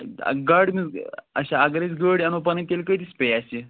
گاڑِ نہَ حظ اَچھا اَگر أسۍ گٲڑۍ اَنَو پَنٕنۍ تیٚلہِ کۭتِس پیٚیہِ اَسہِ یہِ